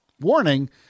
Warning